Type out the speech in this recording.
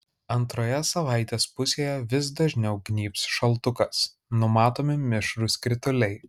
antroje savaitės pusėje vis dažniau gnybs šaltukas numatomi mišrūs krituliai